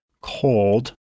cold